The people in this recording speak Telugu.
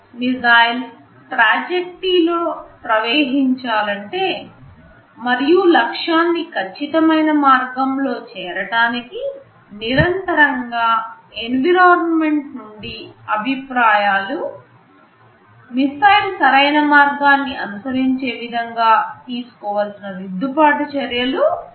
మిస్సైల్ పథం లో ప్రవహించాలంటే మరియు లక్ష్యాన్ని ఖచ్చితమైన మార్గంలో చేరటానికి నిరంతరంగా ఎన్విరాన్మెంట్ నుండి అభిప్రాయాలు మిసైల్స్ సరైన మార్గాన్ని అనుసరించే విధంగా తీసుకో వలసిన దిద్దుబాటు చర్యలు అవసరము